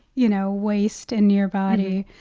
you know, waste in your body.